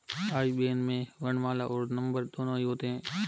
आई बैन में वर्णमाला और नंबर दोनों ही होते हैं